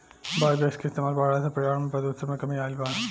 biogas के इस्तमाल बढ़ला से पर्यावरण में प्रदुषण में कमी आइल बा